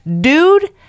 Dude